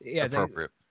Appropriate